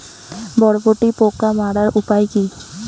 বরবটির পোকা মারার উপায় কি?